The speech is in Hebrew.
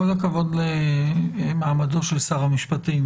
כל הכבוד למעמדו של שר המשפטים.